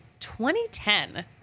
2010